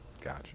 Gotcha